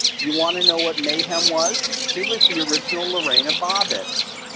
you want to know what mayhem was? she was the original lorena bobbitt.